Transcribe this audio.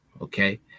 Okay